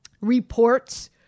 reports